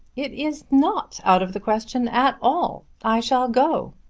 it is not out of the question at all. i shall go.